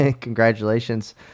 Congratulations